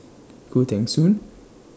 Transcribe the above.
Khoo Teng Soon